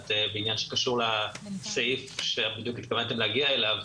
בעניין שקשור לסעיף שהתכוונתם להגיע אליו,